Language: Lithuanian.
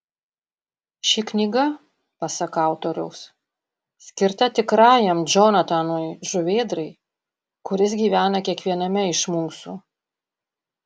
ši knyga pasak autoriaus skirta tikrajam džonatanui žuvėdrai kuris gyvena kiekviename iš mūsų